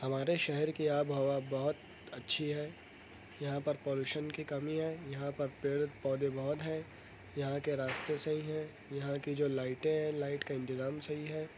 ہمارے شہر کی آب و ہوا بہت اچھی ہے یہاں پر پولوشن کی کمی ہے یہاں پر پیڑ پودے بہت ہیں یہاں کے راستے صحیح ہیں یہاں کی جو لائٹیں ہیں لائٹ کا انتظام صحیح ہے